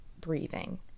breathing